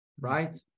right